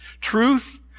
Truth